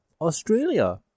Australia